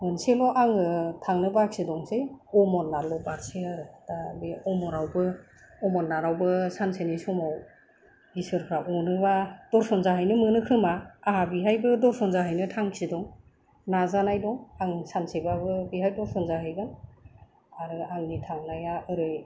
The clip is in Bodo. मोनसेल' आङो थांनो बाखि दंसै अमरनाथल' बाखि आरो दा बे अमरनाथावबो सानसेनि समाव इसोरफ्राबो अनोब्ला दरशन जाहैनो मोनो खोमा आहा बेहायबो दरशन जाहैनो थांखि दं नाजानाय दं आं सानसेब्लाबो बेहाय दरशन जाहैगोन आरो आंनि थांनाया ओरै